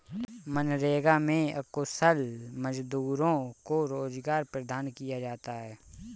मनरेगा में अकुशल मजदूरों को रोजगार प्रदान किया जाता है